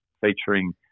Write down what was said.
featuring